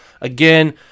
Again